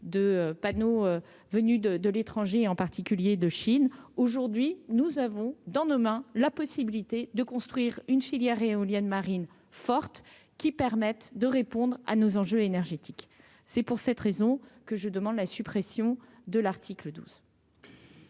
de panneaux. Venus de de l'étranger, en particulier de Chine aujourd'hui, nous avons dans nos mains la possibilité de construire une filière éolienne marine forte qui permettent de répondre à nos enjeux énergétiques, c'est pour cette raison que je demande la suppression de l'article 12.